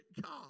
God